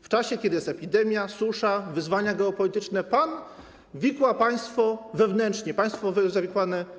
W czasie, kiedy jest epidemia, susza, wyzwania geopolityczne, pan wikła państwo wewnętrznie, państwo już zawikłane.